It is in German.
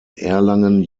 erlangen